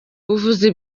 ubuvuzi